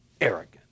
arrogant